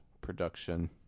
production